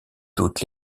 toute